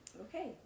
Okay